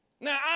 Now